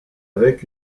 avec